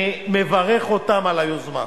ואני מברך אותם על היוזמה.